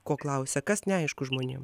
ko klausia kas neaišku žmonėm